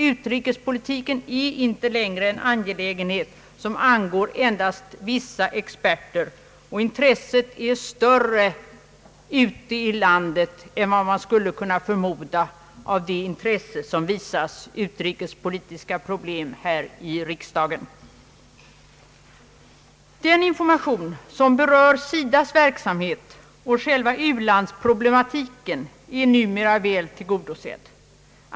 Utrikespolitiken är inte längre en angelägenhet som angår endast vissa experter. Intresset är större ute i landet än vad man skulle kunna förmoda av det intresse som visas utrikespolitiska problem här i riksdagen. Den information som berör SIDA:s verksamhet och själva u-landsproblematiken är numera väl tillgodosedd.